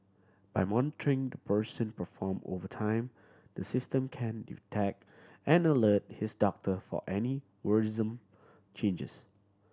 by monitoring the person perform over time the system can detect and alert his doctor of any worrisome changes